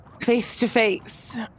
face-to-face